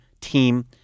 team